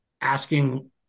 asking